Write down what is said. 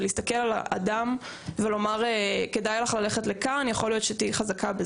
להסתכל על האדם ולומר לאן כדאי ללכת והיכן תהיי חזקה.